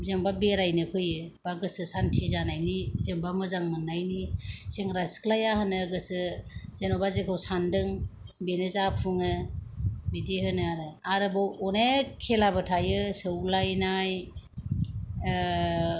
जेन'बा बेरायनो फैयो बा गोसो सान्थि जानायनि जेन'बा मोजां मोननायनि सेंग्रा सिख्लाया होनो गोसो जेन'बा जेखौ सानदों बेनो जाफुङो बिदि होनो आरो आरोबाव अनेख खेलाबो थायो सौलायनाय